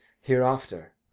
hereafter